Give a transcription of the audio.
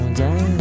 down